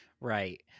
Right